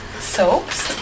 Soaps